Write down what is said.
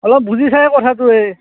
অলপ বুজি চা কথাটো এই